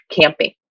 camping